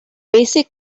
basic